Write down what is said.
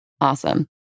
Awesome